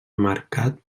marcat